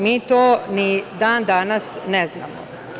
Mi to ni dan danas ne znamo.